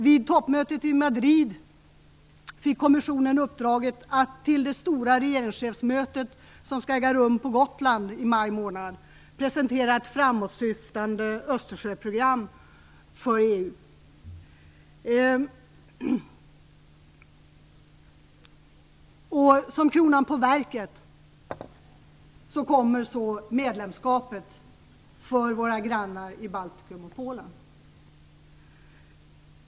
Vid toppmötet i Madrid fick kommissionen uppdraget att till det stora regeringschefsmöte som skall äga rum på Gotland i maj månad presentera ett framåtsyftande Östersjöprogram för EU. Och som kronan på verket kommer så medlemskapet för våra grannar i Baltikum och Polen.